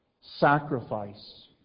sacrifice